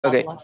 Okay